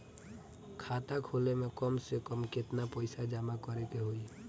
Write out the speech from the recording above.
खाता खोले में कम से कम केतना पइसा जमा करे के होई?